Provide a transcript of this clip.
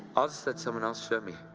i'll just let someone else show me.